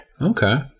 Okay